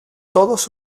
todos